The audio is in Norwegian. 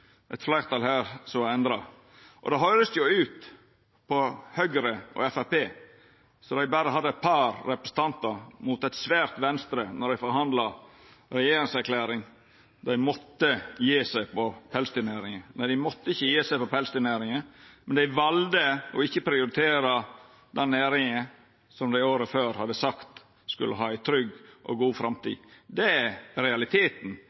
eit fleirtal her som endrar. På Høgre og Framstegspartiet høyrest det ut som om dei berre hadde eit par representantar mot eit svært Venstre då dei forhandla regjeringserklæring. Dei måtte gje seg på pelsdyrnæringa. Nei, dei måtte ikkje gje seg på pelsdyrnæringa, men dei valde å ikkje prioritera den næringa som dei året før hadde sagt skulle ha ei trygg og god framtid. Det er realiteten